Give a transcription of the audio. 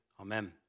Amen